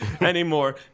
anymore